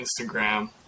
Instagram